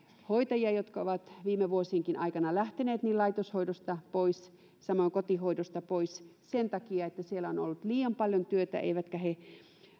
hoitajia jotka ovat viime vuosienkin aikana lähteneet laitoshoidosta pois samoin kotihoidosta pois sen takia että siellä on on ollut liian paljon työtä eivätkä he